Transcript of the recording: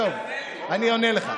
אני עונה לך.